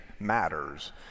Matters